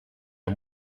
der